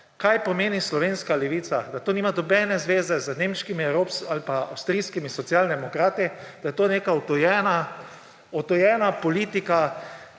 kaj pomeni slovenska levica, da to nima nobene zveze z nemškimi ali pa avstrijskimi socialdemokrati, da je to neka odtujena politika,